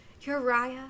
Uriah